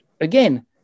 again